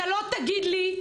אתה לא תגיד לי,